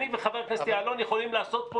אני וחבר כנסת יעלון יכולים לעשות פה